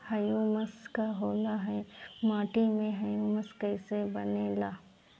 Humus का होला माटी मे ह्यूमस कइसे बनेला?